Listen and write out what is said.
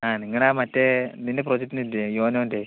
ആ നിങ്ങളുടെ ആ മറ്റേ ഇതിൻ്റെ പ്രൊജക്ട് ഇല്ലേ യോനോൻ്റെ